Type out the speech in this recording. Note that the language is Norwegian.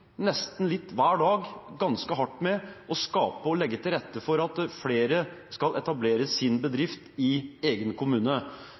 nesten litt hver dag – ganske hardt med å skape og legge til rette for at flere skal etablere sin bedrift i egen kommune.